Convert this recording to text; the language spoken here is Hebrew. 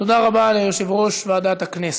תודה רבה ליושב-ראש ועדת הכנסת.